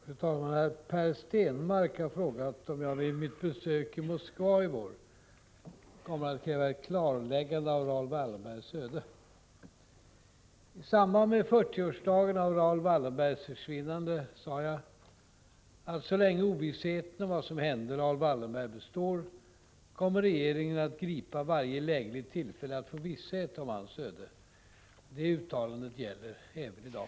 Fru talman! Per Stenmarck har frågat om jag vid mitt besök i Moskva i vår kommer att kräva ett klarläggande av Raoul Wallenbergs öde. I samband med fyrtioårsdagen av Raoul Wallenbergs försvinnande sade jag, att så länge ovissheten om vad som hände Raoul Wallenberg består, kommer regeringen att gripa varje lägligt tillfälle att få visshet om hans öde. Det uttalandet gäller även i dag.